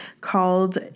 called